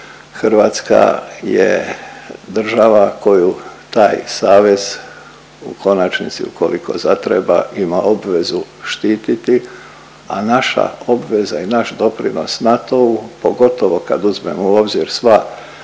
Hrvatska je država koju taj savez u konačnici, ukoliko zatreba ima obvezu štititi, a naša obveza i naš doprinos NATO-u, pogotovo kad uzmemo u obzir sva nacionalna